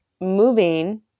Moving